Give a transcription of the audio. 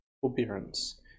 forbearance